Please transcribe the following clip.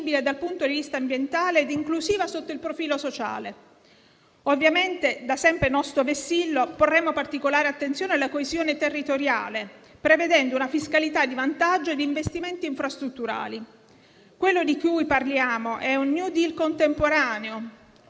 grazie a tutto